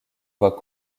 voix